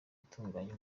itunganya